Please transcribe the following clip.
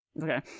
Okay